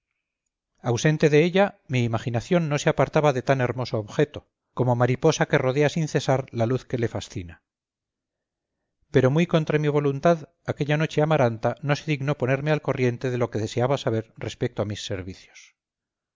ausente de ella mi imaginación no se apartaba de tan hermoso objeto como mariposa que rodea sin cesar la luz que la fascina pero muy contra mi voluntad aquella noche amaranta no se dignó ponerme al corriente de lo que deseaba saber respecto a mis servicios